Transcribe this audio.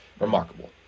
remarkable